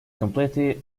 completely